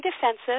defensive